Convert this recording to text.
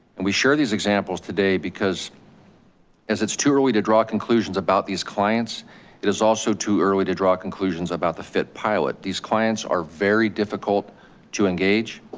and we share these examples today because as it's too early to draw conclusions about these clients. it is also too early to draw conclusions about the fit pilot. these clients are very difficult to engage.